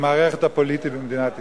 במערכת הפוליטית במדינת ישראל.